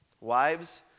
Wives